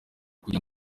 kugira